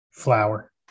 Flower